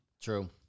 True